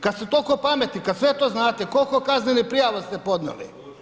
Kad ste toliko pametni, kad sve to znate, koliko kaznenih prijava ste podnijeli?